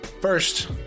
First